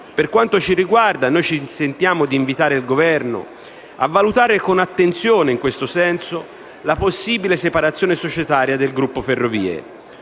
Per quanto ci riguarda, noi ci sentiamo di invitare il Governo a valutare con attenzione in questo senso la possibile separazione societaria del gruppo Ferrovie